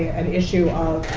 an issue